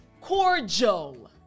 cordial